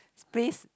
please